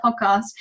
podcast